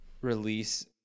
release